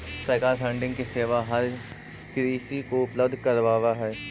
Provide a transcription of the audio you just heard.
सरकार फंडिंग की सेवा हर किसी को उपलब्ध करावअ हई